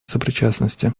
сопричастности